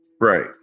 Right